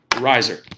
Riser